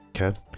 Okay